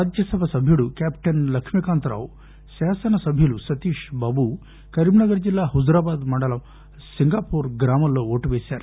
రాజ్యసభ సభ్యుడు కెప్టెన్ లక్ష్మీకాంతారావు శాసనసభ్యులు సతీష్ బాబు కరీంనగర్ జిల్లా హుజూరాబాద్ మండలం సింగాపూర్ గ్రామంలో ఓటు పేశారు